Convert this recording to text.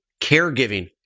Caregiving